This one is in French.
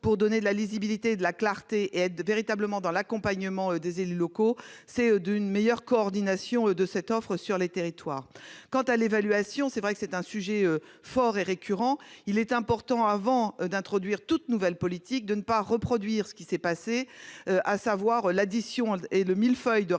pour donner de la lisibilité de la clarté et aide véritablement dans l'accompagnement des élus locaux. C'est d'une meilleure coordination de cette offre sur les territoires. Quant à l'évaluation. C'est vrai que c'est un sujet fort et récurrent. Il est important avant d'introduire toute nouvelle politique de ne pas reproduire ce qui s'est passé, à savoir l'addition et le mille-feuilles de réformes